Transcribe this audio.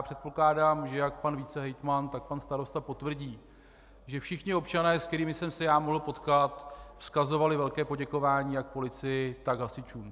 Předpokládám, že jak pan vicehejtman, tak pan starosta potvrdí, že všichni občané, s kterými jsem se mohl potkat, vzkazovali velké poděkování jak policii, tak hasičům.